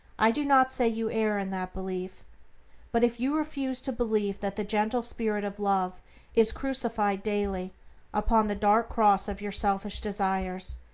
i do not say you err in that belief but if you refuse to believe that the gentle spirit of love is crucified daily upon the dark cross of your selfish desires,